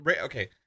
okay